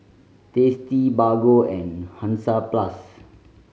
Tasty Bargo and Hansaplast